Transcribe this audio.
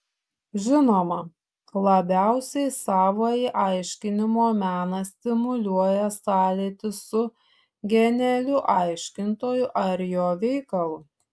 žinoma labiausiai savąjį aiškinimo meną stimuliuoja sąlytis su genialiu aiškintoju ar jo veikalu